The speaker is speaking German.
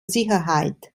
sicherheit